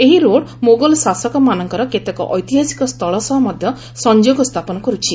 ଏହି ରୋଡ଼୍ ମୋଗଲ୍ ଶାସକମାନଙ୍କର କେତେକ ଐତିହାସିକ ସ୍ଥଳ ସହ ମଧ୍ୟ ସଂଯୋଗ ସ୍ଥାପନ କରୁଛି